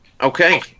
Okay